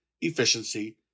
efficiency